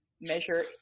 measure